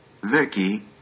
Vicky